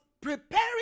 preparing